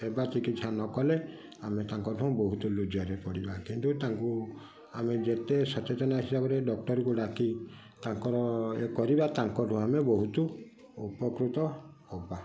ସେବା ଚିକିତ୍ସା ନକଲେ ଆମେ ତାଙ୍କଠୁ ବହୁତ ଲୁଜରରେ ପଡ଼ିବା କିନ୍ତୁ ତାଙ୍କୁ ଆମେ ଯେତେ ସଚେତନ ହିସାବରେ ଡକ୍ଟରକୁ ଡାକି ତାଙ୍କର ଏ କରିବା ତାଙ୍କଠୁ ଆମେ ବହୁତ ଉପକୃତ ହବା